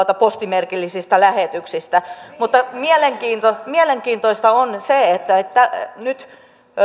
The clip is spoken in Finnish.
postimerkillisistä lähetyksistä mutta mielenkiintoista mielenkiintoista on se että että nyt